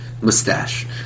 mustache